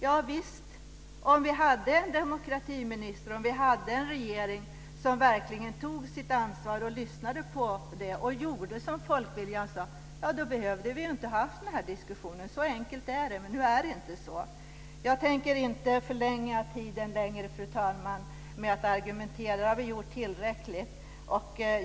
Javisst, om vi hade haft en demokratiminister, om vi hade haft en regering, som verkligen tog sitt ansvar och lyssnade på det och gjorde som folkviljan sade, hade vi inte behövt ha den här diskussionen. Så enkelt är det. Men nu är det inte så. Jag tänker inte förlänga debatten, fru talman, med att argumentera. Det har vi gjort tillräckligt.